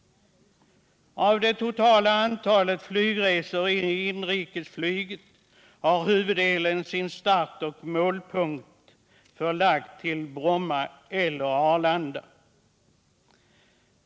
starteller målpunkt förlagd till Bromma eller Arlanda.